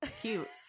cute